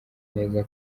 neza